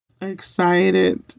excited